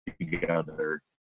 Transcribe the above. together